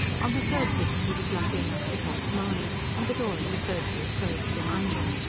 on the third visit he was lucky enough to catch mahony, and the door of the surgery closed behind them.